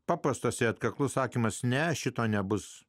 paprastose atkaklus sakymas ne šito nebus